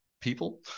people